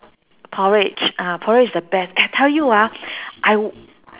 porridge ah porridge is the best eh I tell you ah I